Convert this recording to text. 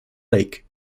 lake